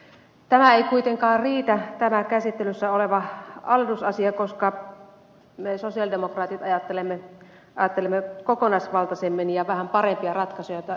tämä käsittelyssä oleva alennusasia ei kuitenkaan riitä koska me sosialidemokraatit ajattelemme kokonaisvaltaisemmin ja vähän parempia ratkaisuja joita ed